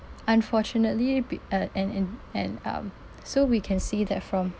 unfortunately be uh and and and um so we can see that from